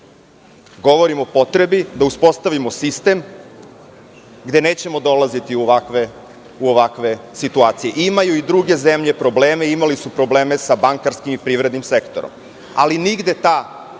o potrebi da uspostavimo sistem gde nećemo dolaziti u ovakve situacije. Imaju i druge zemlje probleme imali su probleme sa bankarskim i privrednim sektorom, ali nigde ti